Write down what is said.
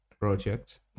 project